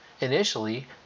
Initially